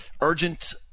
urgent